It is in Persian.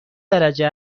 درجه